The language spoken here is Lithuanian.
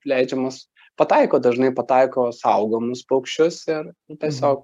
leidžiamus pataiko dažnai pataiko saugomus paukščius ir tiesiog